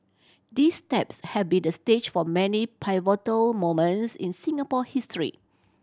these steps had been the stage for many pivotal moments in Singapore history